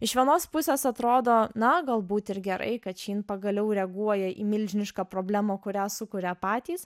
iš vienos pusės atrodo na galbūt ir gerai kad shein pagaliau reaguoja į milžinišką problemą kurią sukuria patys